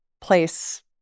place